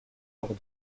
hors